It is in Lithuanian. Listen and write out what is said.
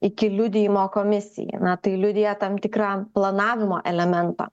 iki liudijimo komisijai na tai liudija tam tikrą planavimo elementą